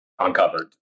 Uncovered